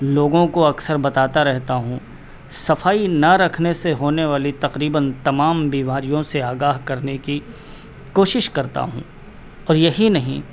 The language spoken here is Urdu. لوگوں کو اکثر بتاتا رہتا ہوں صفائی نہ رکھنے سے ہونے والی تقریباً تمام بیماریوں سے آگاہ کرنے کی کوشش کرتا ہوں اور یہی نہیں